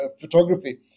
photography